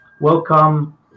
Welcome